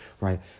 right